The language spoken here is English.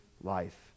life